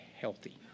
healthy